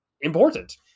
important